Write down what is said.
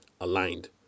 aligned